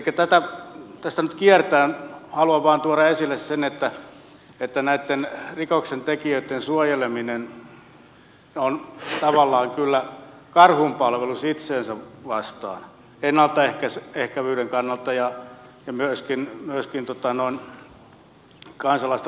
elikkä tässä nyt kiertäen haluan vaan tuoda esille sen että näitten rikoksentekijöitten suojeleminen on tavallaan kyllä karhunpalvelus itseänsä vastaan ennaltaehkäisevyyden kannalta ja myöskin kansalaisten lainkuuliaisuuden kannalta